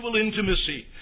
intimacy